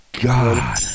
God